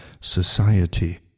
society